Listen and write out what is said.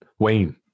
Wayne